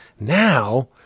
Now